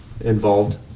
involved